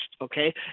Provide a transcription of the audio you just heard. okay